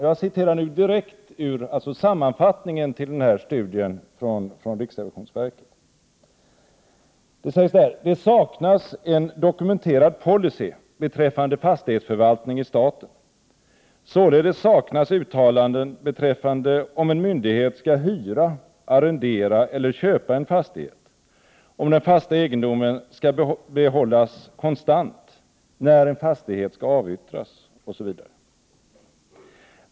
Jag citerar ur sammanfattningen till den här studien från riksrevisionsverket: ”Det saknas en dokumenterad policy beträffande fastighetsförvaltning i staten. Således saknas uttalanden beträffande om en myndighet skall hyra/arrendera eller köpa en fastighet, om den fasta egendomen skall behållas konstant, när en fastighet skall avyttras osv.